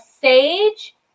Sage